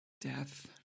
Death